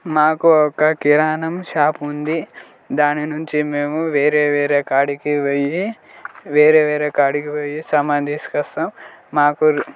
మాకు ఒక కిరాణం షాపు ఉంది దాని నుంచి మేము వేరే వేరే కాడకి పోయి వేరే వేరే కాడకి పోయి సామాను తీసుకొస్తాం మాకు